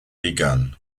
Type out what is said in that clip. begun